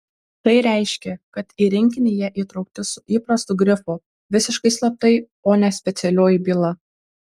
tai reiškė kad į rinkinį jie įtraukti su įprastu grifu visiškai slaptai o ne specialioji byla